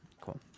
Cool